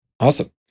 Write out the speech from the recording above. Awesome